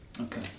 Okay